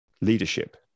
leadership